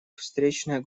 встречная